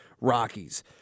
Rockies